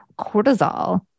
cortisol